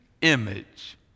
image